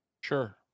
Sure